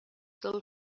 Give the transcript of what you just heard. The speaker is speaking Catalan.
del